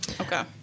Okay